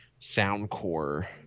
Soundcore